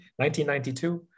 1992